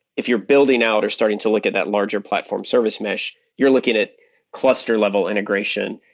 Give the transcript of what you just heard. if you're building out or starting to look at that larger platform service mesh, you're looking at cluster level integration,